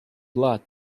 blood